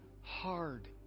hard